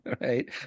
right